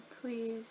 please